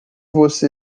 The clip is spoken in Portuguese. você